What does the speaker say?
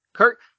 Kirk